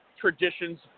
traditions